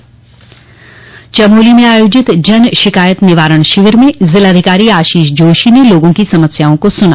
जन शिकायत चमोली में आयोजित जन शिकायत निवारण शिविर में जिलाधिकारी आशीष जोशी ने लोगों की समस्याओं को सुना